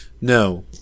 No